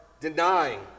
denying